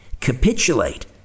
Capitulate